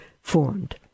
formed